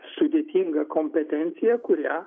sudėtinga kompetencija kurią